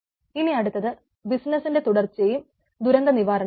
ഇനി അടുത്തത് ബിസ്സിനസ്സിന്റെ തുടർച്ചയും ദുരന്ത നിവാരണവും